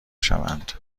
شوند